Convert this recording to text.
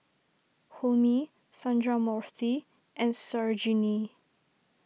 Homi Sundramoorthy and Sarojini